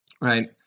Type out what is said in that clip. Right